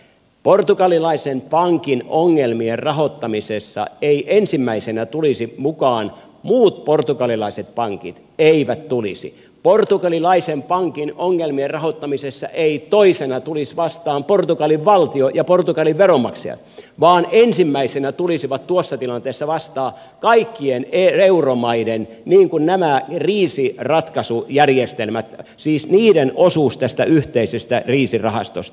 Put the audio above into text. portugalilaisen pankin ongelmien rahoittamisessa eivät ensimmäisenä tulisi mukaan muut portugalilaiset pankit eivät tulisi ja portugalilaisen pankin ongelmien rahoittamisessa ei toisena tulisi vastaan portugalin valtio ja portugalin veronmaksajat vaan ensimmäisenä tulisivat tuossa tilanteessa vastaan nämä kaikkien euromaiden kriisinratkaisujärjestelmät siis niiden osuus tästä yhteisestä kriisirahastosta